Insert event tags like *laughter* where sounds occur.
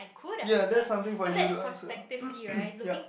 ya that's something for you to answer *coughs* yup